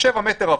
7 מ"ר,